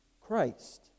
Christ